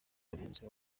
bagenzi